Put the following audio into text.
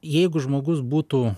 jeigu žmogus būtų